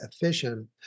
efficient